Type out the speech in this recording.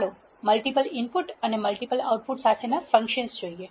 ચાલો multiple input અને multiple output સાથેના ફંકશન્સ જોઈએ